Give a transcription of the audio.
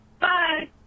Bye